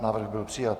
Návrh byl přijat.